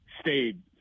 stayed